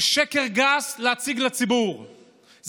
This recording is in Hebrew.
זה להציג לציבור שקר גס.